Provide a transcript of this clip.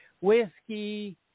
whiskey